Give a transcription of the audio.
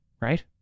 right